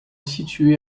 située